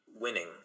winning